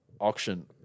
auction